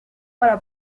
para